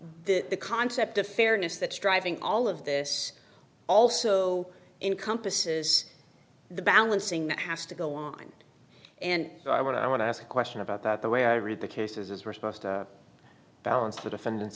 the concept of fairness that's driving all of this also encompasses the balancing that has to go on and i want to i want to ask a question about that the way i read the cases is we're supposed to balance the defendant's